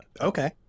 Okay